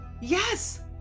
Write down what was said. Yes